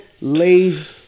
lays